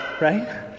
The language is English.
right